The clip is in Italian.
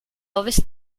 ovest